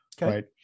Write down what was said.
Right